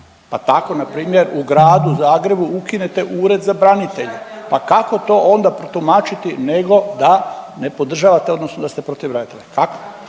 pa tako npr. u Gradu Zagrebu ukinete Ured za branitelje, pa kako to onda protumačiti nego da ne podržavate odnosno da ste protiv branitelja, kako,